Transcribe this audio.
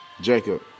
Jacob